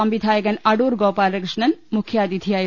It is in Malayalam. സംവിധായകൻ അടൂർ ഗോപാലകൃഷ്ണൻ മുഖ്യാതിഥിയായിരുന്നു